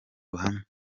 ruhame